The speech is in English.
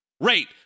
rate